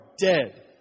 dead